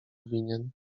winien